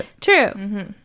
True